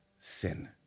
sin